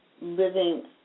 living